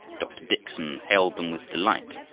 dr. dickson hailed them with delight,